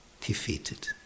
defeated